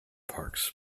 parks